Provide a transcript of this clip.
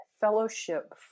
fellowship